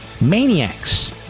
maniacs